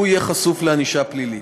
הוא יהיה חשוף לענישה פלילית.